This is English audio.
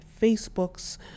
Facebook's